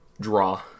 draw